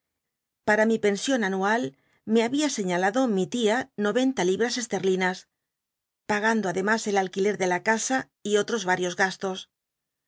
para mi pension anual me había señalado mi tia no enta libms estcl'linas pagando ademas el alquiler de la casa y otros varios gastos